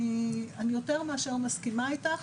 אני יותר מאשר מסכימה איתך,